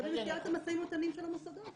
זה במסגרת המשאים ומתנים של המוסדות.